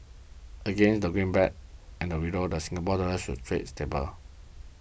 against the greenback and the Euro the Singapore Dollar should trade stably